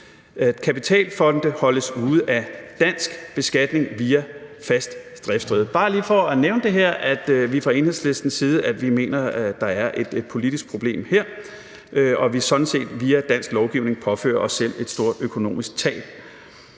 kapitalfonde holdes ude af dansk beskatning via fast driftssted. Det er bare lige for at nævne, at vi fra Enhedslistens side mener, at der er et politisk problem her, og at vi sådan set via dansk lovgivning påfører os selv et stort økonomisk tab.